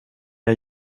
jag